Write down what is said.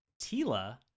Tila